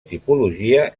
tipologia